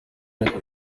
ariko